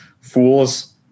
Fools